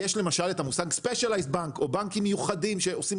יש למשל את המושג של בנקים מיוחדים שעושים